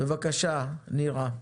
בבקשה, נירה.